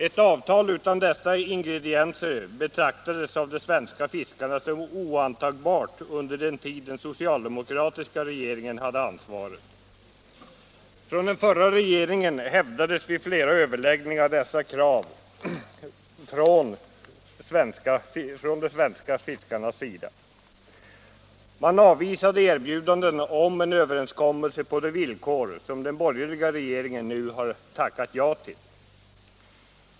Ett avtal utan dessa ingredienser betraktades av de svenska fiskarna som oantagbart under den tid den socialdemokratiska regeringen hade ansvaret. Den förra regeringen hävdade vid flera överläggningar dessa krav från de svenska fiskarnas sida. Man avvisade erbjudanden om en överenskommelse på de villkor som den borgerliga regeringen nu har tackat ja till.